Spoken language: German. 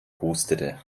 hustete